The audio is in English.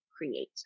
create